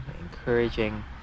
encouraging